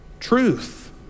Truth